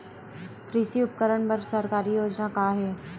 कृषि उपकरण बर सरकारी योजना का का हे?